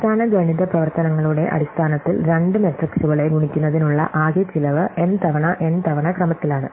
അടിസ്ഥാന ഗണിത പ്രവർത്തനങ്ങളുടെ അടിസ്ഥാനത്തിൽ രണ്ട് മെട്രിക്സുകളെ ഗുണിക്കുന്നതിനുള്ള ആകെ ചെലവ് m തവണ n തവണ ക്രമത്തിലാണ്